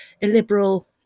illiberal